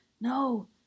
No